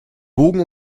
bogen